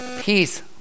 peace